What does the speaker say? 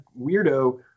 weirdo